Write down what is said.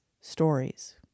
Stories